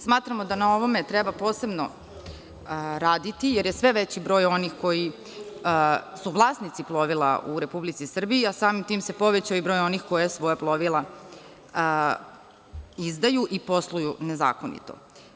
Smatramo da na ovome treba posebno raditi jer je sve veći broj onih koji su vlasnici plovila u Republici Srbiji, a samim tim se i povećao broj onih koji svoja plovila izdaju i posluju nezakonito.